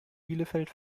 bielefeld